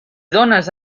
dónes